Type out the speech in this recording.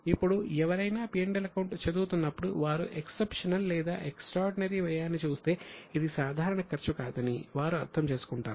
ఇప్పుడు ఎవరైనా P L account చదువుతున్నప్పుడు వారు ఎక్సెప్షనల్ లేదా ఎక్స్ట్రార్డినరీ వ్యయాన్ని చూస్తే ఇది సాధారణ ఖర్చు కాదని వారు అర్థం చేసుకుంటారు